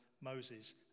Moses